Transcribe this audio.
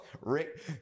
Rick